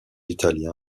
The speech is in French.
italien